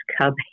cub